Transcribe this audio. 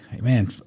man